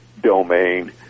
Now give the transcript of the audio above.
domain